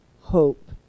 hope